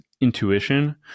intuition